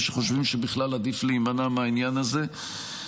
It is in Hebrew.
שחושבים שבכלל עדיף להימנע מהעניין הזה.